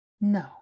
No